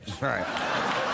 Right